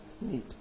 need